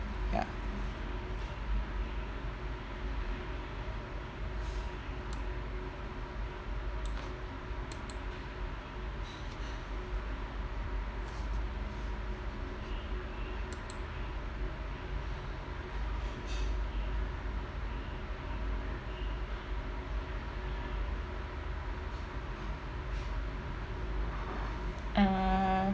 ya uh